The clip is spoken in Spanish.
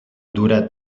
dura